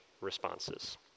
responses